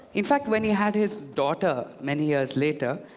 in fact, when he had his daughter many years later,